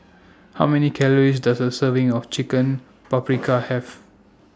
How Many Calories Does A Serving of Chicken Paprikas Have